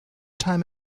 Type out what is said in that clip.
time